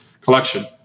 collection